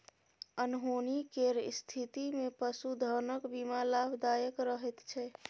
अनहोनी केर स्थितिमे पशुधनक बीमा लाभदायक रहैत छै